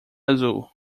azul